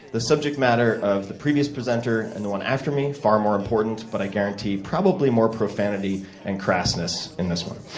the subject matter of the previous presenter and the one after me far more important but i guarantee probably more profanity and crassness in this one.